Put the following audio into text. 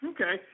Okay